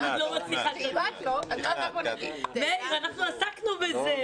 מאיר, אנחנו עסקנו בזה.